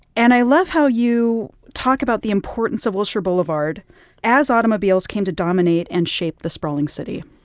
and i love how you talk about the importance of wilshire boulevard as automobiles came to dominate and shape the sprawling city